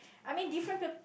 I mean different